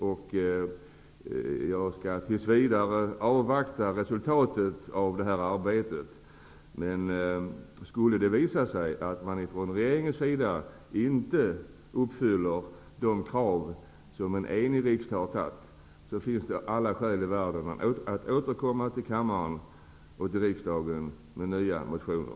Jag avvaktar tills vidare resultatet av det arbetet, men skulle det visa sig att regeringen inte tillgodoser de krav som en enig riksdag har ställt upp, finns det alla skäl i världen att återkomma med nya motioner.